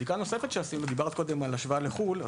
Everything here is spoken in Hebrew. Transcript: מקודם דיברת על ההשוואה לחו"ל,